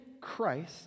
Christ